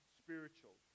spiritual